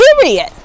Period